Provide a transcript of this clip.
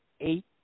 eight